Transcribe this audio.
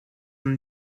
than